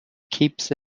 keeps